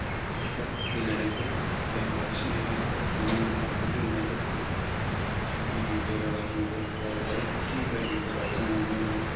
बेफोर गेलेनायखौ जों बांसिनैनो नुनो मोनो फुटबल गेलेनायफोरखौ दि बिफोराव मबाइलफोराव बायदि बायदिफोराव जों नुनो मोनो